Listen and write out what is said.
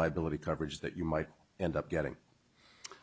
liability coverage that you might end up getting